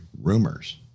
rumors